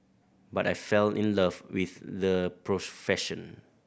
but I fell in love with the profession